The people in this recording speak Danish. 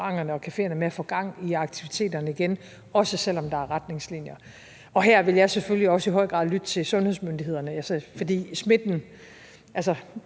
og cafeerne med at få gang i aktiviteterne igen, også selv om der er retningslinjer. Og her vil jeg selvfølgelig også i høj grad lytte til sundhedsmyndighederne, for jo tættere